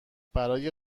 برای